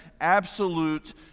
absolute